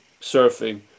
surfing